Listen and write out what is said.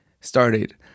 started